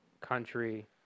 country